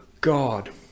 God